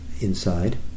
inside